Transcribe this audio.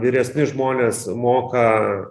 vyresni žmonės moka